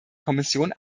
kommission